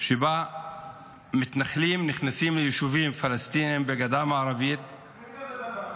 שבה מתנחלים נכנסים ליישובים פלסטינים בגדה המערבית -- אין דבר כזה.